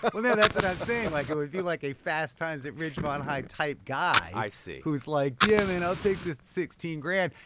but well, no, that's what i'm saying, like, it would be, like, a fast times at ridgemont high type guy. i see. who's like, yeah, man, i'll take the sixteen grand,